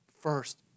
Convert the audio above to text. first